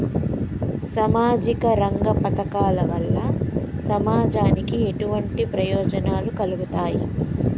సామాజిక రంగ పథకాల వల్ల సమాజానికి ఎటువంటి ప్రయోజనాలు కలుగుతాయి?